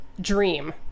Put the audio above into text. dream